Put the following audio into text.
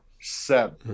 seven